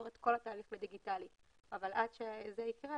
את כל התהליך לדיגיטלי אבל עד שזה יקרה,